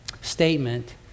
statement